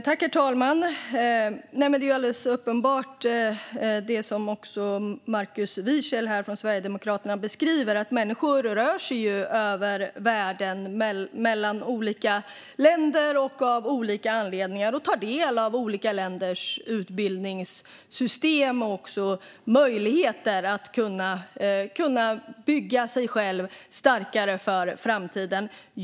Herr talman! Det är alldeles uppenbart så som Markus Wiechel från Sverigedemokraterna också beskriver att människor rör sig över världen, mellan olika länder och av olika anledningar, och tar del av olika länders utbildningssystem och möjligheter att bygga sig starkare för framtiden.